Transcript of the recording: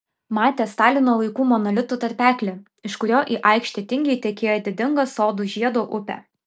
matė stalino laikų monolitų tarpeklį iš kurio į aikštę tingiai tekėjo didinga sodų žiedo upė